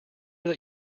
that